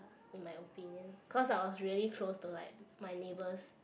in my opinion cause I was really close to like my neighbours